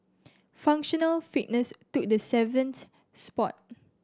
functional fitness took the seventh spot